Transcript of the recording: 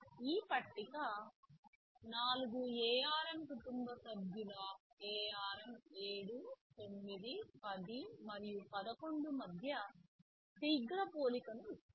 ఈ పట్టిక 4 ARM కుటుంబ సభ్యుల ARM 7 9 10 మరియు 11 మధ్య శీఘ్ర పోలికను ఇస్తుంది